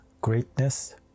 greatness